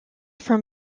from